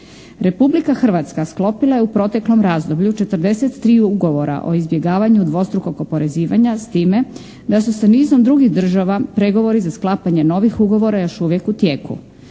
Republika Hrvatska sklopila je u proteklom razdoblju 43 ugovora o izbjegavanju dvostrukog oporezivanja s time da su sa nizom drugih država pregovori za sklapanje novih ugovora još uvijek u tijeku.